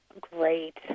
Great